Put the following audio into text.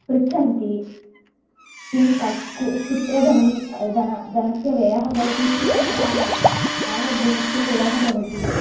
पृच्छन्ति किं क कुत्र धनं दन धनस्य व्ययः भवतीत्येव न जानामि तावद् धनस्य व्ययः भवति